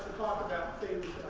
about things